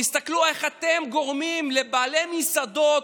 תסתכלו איך אתם גורמים לבעלי מסעדות